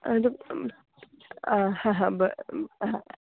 आनी आं हा हा ब आं